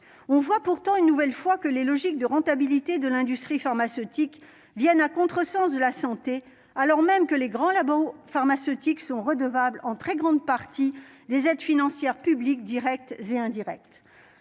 on voit pourtant une nouvelle fois que les logiques de rentabilité de l'industrie pharmaceutique viennent à contre sens de la santé, alors même que les grands labos pharmaceutiques sont redevables en très grande partie des aides financières publiques directes et indirectes